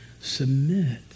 submit